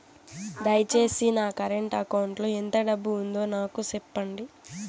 దయచేసి నా current account లో ఎంత డబ్బు ఉందో నాకు సెప్పండి